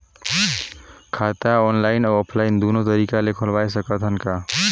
खाता ऑनलाइन अउ ऑफलाइन दुनो तरीका ले खोलवाय सकत हन का?